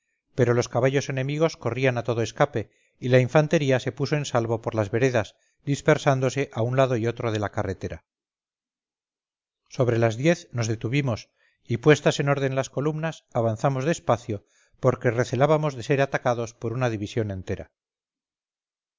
pero los caballos enemigos corrían a todo escape y la infantería se puso en salvo por las veredas dispersándose a un lado y otro de la carretera sobre las diez nos detuvimos y puestas en orden las columnas avanzamos despacio porque recelábamos de ser atacados por una división entera